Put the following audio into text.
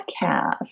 podcast